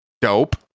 Dope